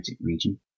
region